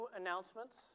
announcements